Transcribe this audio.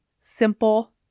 simple